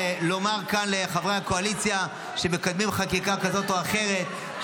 לומר כאן לחברי הקואליציה שמקדמים חקיקה כזאת או אחרת,